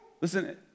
Listen